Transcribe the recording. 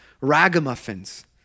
ragamuffins